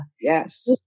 Yes